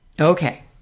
Okay